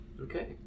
okay